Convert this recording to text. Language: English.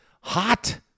hot